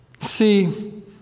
See